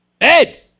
Ed